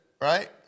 right